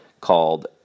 called